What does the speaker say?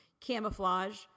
Camouflage